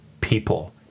people